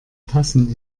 tassen